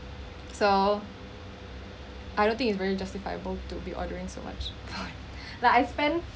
so I don't think it's very justifiable to be ordering so much like I spent spent